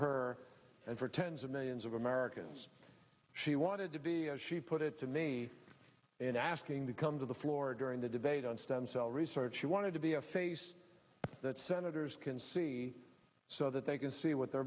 her and for tens of millions of americans she wanted to be as she put it to me and asking to come to the floor during the debate on stem cell research she wanted to be a face that senators can see so that they can see what they're